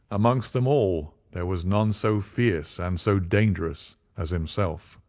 amongst them all there was none so fierce and so dangerous as himself.